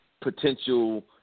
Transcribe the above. potential